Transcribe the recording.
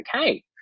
okay